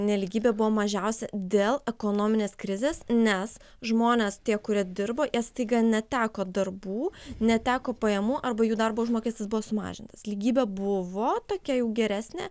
nelygybė buvo mažiausia dėl ekonominės krizės nes žmonės tie kurie dirbo jie staiga neteko darbų neteko pajamų arba jų darbo užmokestis buvo sumažintas lygybė buvo tokia jau geresnė